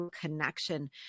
connection